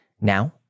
Now